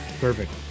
Perfect